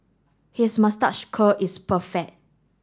his moustache curl is perfect